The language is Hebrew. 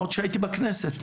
עוד שהייתי בכנסת,